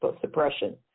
Suppression